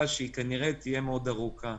לתקופה, שהיא כנראה תהיה מאוד ארוכה.